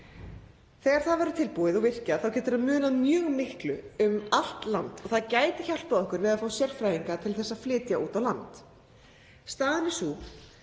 Þegar það verður tilbúið og virkjað getur það munað mjög miklu um allt land og gæti hjálpað okkur við að fá sérfræðinga til að flytja út á land. Staðan er sú